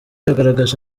yagaragaje